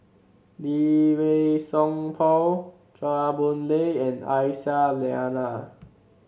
Lee Wei Song Paul Chua Boon Lay and Aisyah Lyana